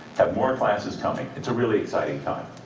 have more classes coming. it's a really exciting time.